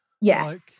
Yes